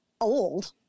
old